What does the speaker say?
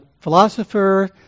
philosopher